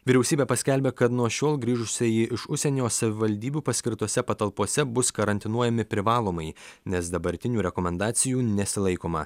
vyriausybė paskelbė kad nuo šiol grįžusieji iš užsienio savivaldybių paskirtose patalpose bus karantinuojami privalomai nes dabartinių rekomendacijų nesilaikoma